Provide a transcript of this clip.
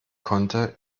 konnte